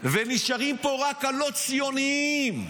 ונשארים פה רק הלא-ציונים.